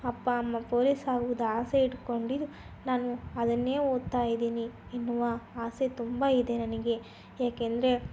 ಅಪ್ಪ ಅಮ್ಮ ಪೋಲೀಸಾಗುವುದು ಆಸೆ ಇಟ್ಕೊಂಡಿದ್ದು ನಾನು ಅದನ್ನೇ ಓದ್ತಾ ಇದ್ದೀನಿ ಎನ್ನುವ ಆಸೆ ತುಂಬ ಇದೆ ನನಗೆ ಏಕೆಂದರೆ